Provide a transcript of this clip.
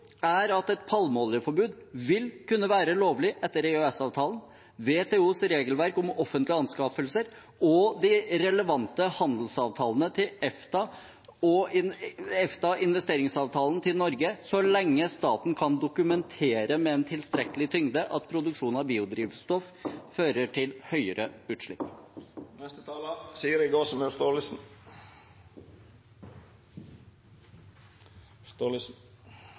er at et palmeoljeforbud vil kunne være lovlig etter EØS-avtalen, WTOs regelverk om offentlige anskaffelser og de relevante handelsavtalene til EFTA og investeringsavtalene til Norge, så lenge staten kan dokumentere med en tilstrekkelig tyngde at produksjon av biodrivstoff fører til høyere utslipp.